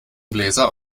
bläser